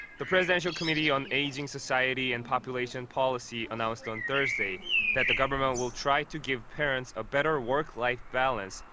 the presidential committee on ageing society and population policy announced on thursday that the government will try to give parents a better work-life balance.